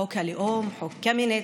חוק הלאום וחוק קמיניץ,